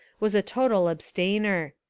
was a total ab stainer.